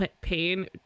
pain